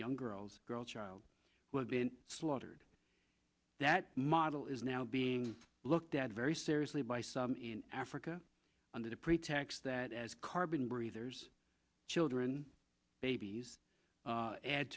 young girls girl child who have been slaughtered that model is now being looked at very seriously by some africa under the pretext that as carbon breathers children babies a